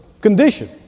condition